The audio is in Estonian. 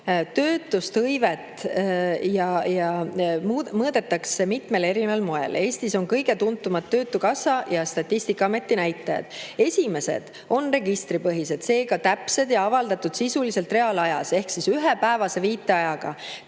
Töötust, hõivet ja muud mõõdetakse mitmel erineval moel. Eestis on kõige tuntumad töötukassa ja Statistikaameti näitajad. Esimesed on registripõhised, seega täpsed ja avaldatud sisuliselt reaalajas ehk siis ühepäevase viiteajaga.